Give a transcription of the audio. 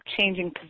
changing